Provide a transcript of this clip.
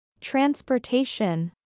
Transportation